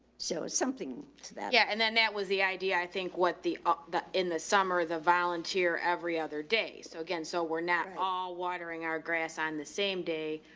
so it's something to that. yeah. and then that was the idea, i think what the ah the in the summer, the volunteer every other day. so again, so we're not all watering our grass on the same day.